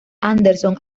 anderson